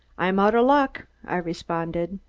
i'm out of luck! i responded.